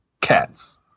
cats